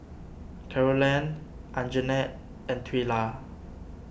Carolann Anjanette and Twila